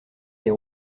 des